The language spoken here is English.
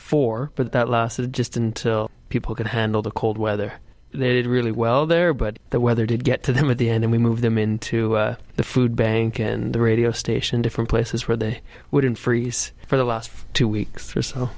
four but that lasted just until people could handle the cold weather they did really well there but the weather did get to them at the end and we moved them into the food bank and the radio station in different places where they wouldn't freeze for the last two weeks or so